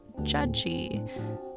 judgy